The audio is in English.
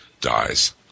dies